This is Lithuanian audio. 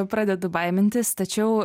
pradedu baimintis tačiau